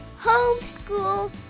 Homeschool